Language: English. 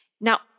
Now